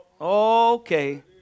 Okay